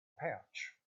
pouch